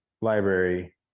Library